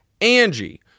Angie